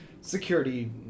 security